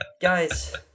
Guys